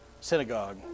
synagogue